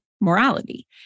morality